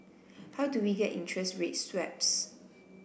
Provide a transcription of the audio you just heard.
how do we get interest rate swaps